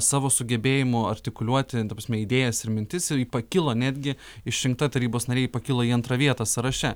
savo sugebėjimu artikuliuoti ta prasme idėjas ir mintis pakilo netgi išrinkta tarybos nariai pakilo į antrą vietą sąraše